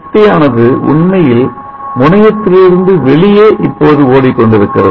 சக்தியானது உண்மையில்முனையத்தில் இருந்து வெளியே இப்போது ஓடிக்கொண்டிருக்கிறது